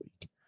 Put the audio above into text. week